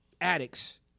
addicts